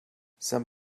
some